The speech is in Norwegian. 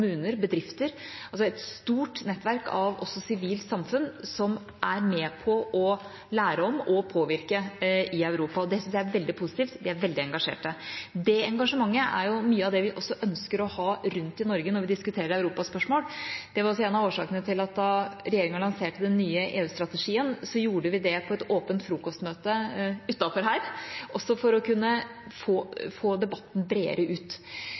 kommuner, bedrifter – et stort nettverk også fra det sivile samfunn som er med på å lære om og påvirke i Europa, og det syns jeg er veldig positivt; de er veldig engasjerte. Det engasjementet er mye likt det vi også ønsker å ha rundt om i Norge når vi diskuterer europaspørsmål. Det var en av årsakene til at da regjeringa lanserte den nye EU-strategien, gjorde vi det på et åpent frokostmøte utenfor her, også for å kunne få debatten bredere ut.